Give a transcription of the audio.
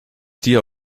tier